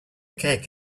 cake